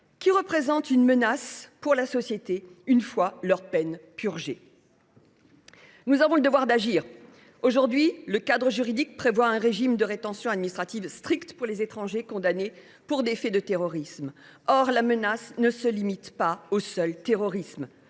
représentent une menace pour la société une fois leur peine purgée. Nous avons le devoir d’agir. Actuellement, le cadre juridique prévoit un régime de rétention administrative strict pour les étrangers condamnés pour des faits de terrorisme. Or la menace ne se limite pas au terrorisme.